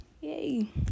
yay